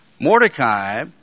Mordecai